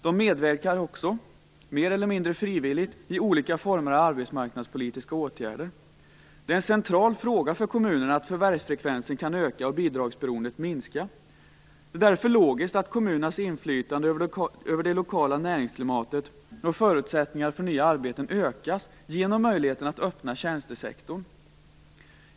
De medverkar också, mer eller mindre frivilligt, i olika former av arbetsmarknadspolitiska åtgärder. Det är en central fråga för kommunerna att förvärvsfrekvensen kan öka och bidragsberoendet minska. Det är därför logiskt att såväl kommunernas inflytande över det lokala näringsklimatet som förutsättningarna för nya arbeten ökas genom möjligheten att öppna tjänstesektorn.